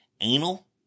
anal